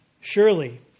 Surely